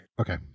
Okay